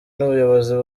n’ubuyobozi